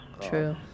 True